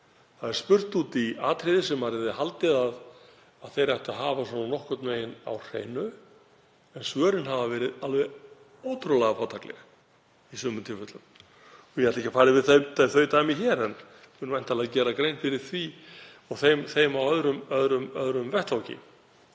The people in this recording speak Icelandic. Það er spurt út í atriði sem maður hefði haldið að þeir ættu að hafa svona nokkurn veginn á hreinu, en svörin hafa verið alveg ótrúlega fátækleg í sumum tilfellum. Ég ætla ekki að fara yfir þau dæmi hér en mun væntanlega gera grein fyrir þeim á öðrum vettvangi.